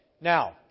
Now